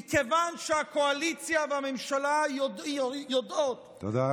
מכיוון שהקואליציה והממשלה יודעות, תודה.